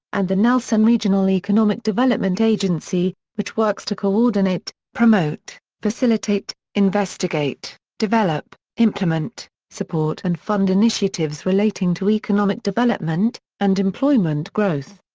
and the nelson regional economic development agency, which works to coordinate, promote, facilitate, investigate, develop, implement, support and fund initiatives relating to economic development and employment growth.